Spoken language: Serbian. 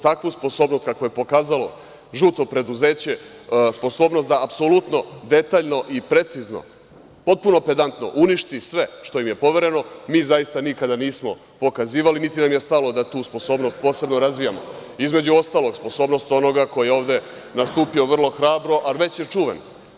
Takvu sposobnost kakvu je pokazalo žuto preduzeće, sposobnost da apsolutno detaljno i precizno, potpuno pedantno uništi sve što im je povereno, mi zaista nikada nismo pokazivali, niti nam je stalo da tu sposobnost posebno razvijamo, između ostalog, sposobnost onoga ko je ovde nastupio vrlo hrabro, a već je čuven.